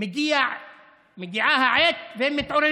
ומצביע נגד האינטרס של העם שלו ונגד החברה שלו שעליו להתעורר,